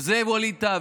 זה, על ווליד טאהא.